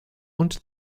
und